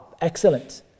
excellent